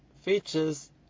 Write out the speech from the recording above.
features